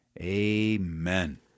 amen